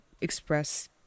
express